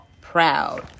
proud